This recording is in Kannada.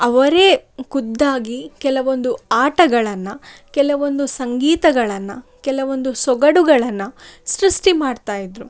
ಅವರೇ ಖುದ್ದಾಗಿ ಕೆಲವೊಂದು ಆಟಗಳನ್ನು ಕೆಲವೊಂದು ಸಂಗೀತಗಳನ್ನು ಕೆಲವೊಂದು ಸೊಗಡುಗಳನ್ನುಸೃಷ್ಟಿ ಮಾಡ್ತಾ ಇದ್ದರು